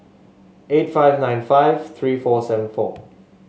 eight five nine five three four seven four